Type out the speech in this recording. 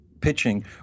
pitching